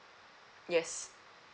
yes